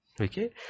Okay